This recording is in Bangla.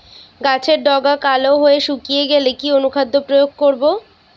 গাছের ডগা কালো হয়ে শুকিয়ে গেলে কি অনুখাদ্য প্রয়োগ করব?